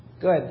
Good